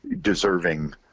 deserving